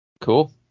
Cool